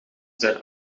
zijn